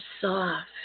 soft